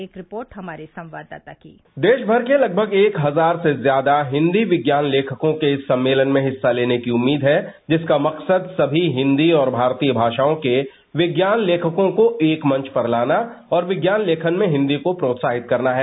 एक रिपोर्ट हमारे संवाददाता की देशभर के लगभग एक हजार से ज्यादा हिंदी विज्ञान लेखकों के इस सम्मेलन में हिस्सा लेने की उम्मीद है जिसका मकसद सभी हिंदी और भारतीय भाषाओं के विज्ञान लेखकों को एक मंच पर लाना और विज्ञान लेखन में हिंदी को प्रोत्साहित करना है